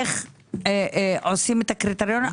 איך עושים את הקריטריונים,